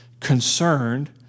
concerned